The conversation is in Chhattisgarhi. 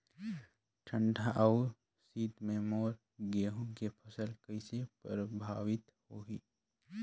ठंडा अउ शीत मे मोर गहूं के फसल कइसे प्रभावित होही?